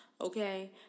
okay